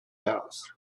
house